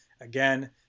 Again